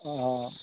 अँ अँ